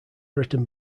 written